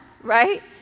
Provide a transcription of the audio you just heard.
right